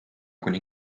kuni